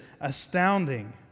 astounding